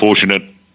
unfortunate